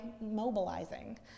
mobilizing